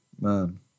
Man